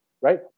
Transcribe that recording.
right